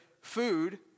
food